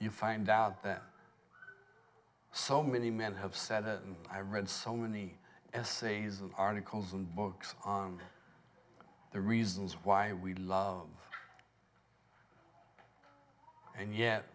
you find out that so many men have said that and i read so many essays and articles and books on the reasons why we love and yet